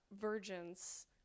virgins